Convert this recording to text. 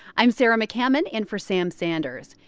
i'm sarah mccammon in for sam sanders.